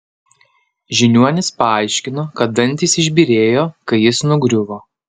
žiniuonis paaiškino kad dantys išbyrėjo kai jis nugriuvo